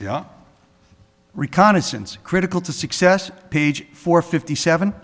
yeah reconnaissance critical to success page four fifty seven